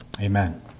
Amen